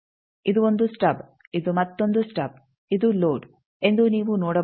ಇದು 1 ಸ್ಟಬ್ ಇದು ಮತ್ತೊಂದು ಸ್ಟಬ್ ಇದು ಲೋಡ್ ಎಂದು ನೀವು ನೋಡಬಹುದು